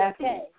okay